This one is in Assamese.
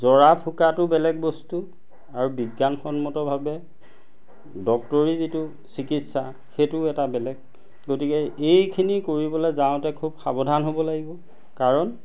জৰা ফুকাতো বেলেগ বস্তু আৰু বিজ্ঞানসন্মতভাৱে ডক্টৰী যিটো চিকিৎসা সেইটো এটা বেলেগ গতিকে এইখিনি কৰিবলে যাওঁতে খুব সাৱধান হ'ব লাগিব কাৰণ